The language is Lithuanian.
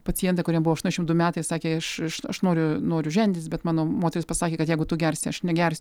pacientė kuriai buvo aštuoniašimt du metai sakė aš aš aš noriu noriu ženytis bet mano moteris pasakė kad jeigu tu gersi aš negers